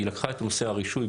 היא לקחה את נושא הרישוי,